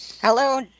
Hello